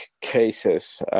cases